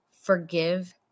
Forgive